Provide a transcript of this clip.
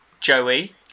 Joey